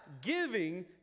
giving